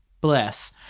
Bless